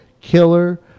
killer